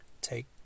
Take